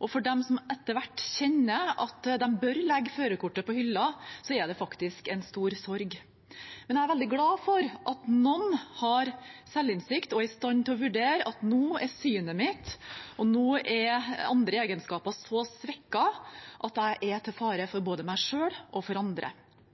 og for dem som etterhvert kjenner at de bør legge førerkortet på hylla, er det faktisk en stor sorg. Men jeg er veldig glad for at noen har selvinnsikt og er i stand til å vurdere at ens syn og andre egenskaper er så svekket at de er til fare for både seg selv og andre. Førerkortet er derimot så viktig for